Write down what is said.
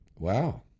Wow